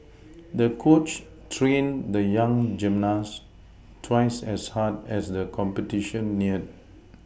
the coach trained the young gymnast twice as hard as the competition neared